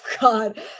God